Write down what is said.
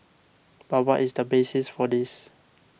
but what is the basis for this